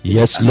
Yes